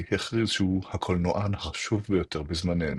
הכריז שהוא "הקולנוען החשוב ביותר בזמננו".